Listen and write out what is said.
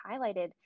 highlighted